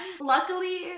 Luckily